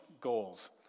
goals